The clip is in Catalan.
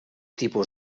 tipus